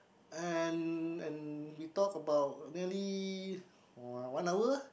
and and we talked about nearly one one hour